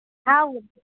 ꯍꯥꯎ